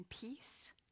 peace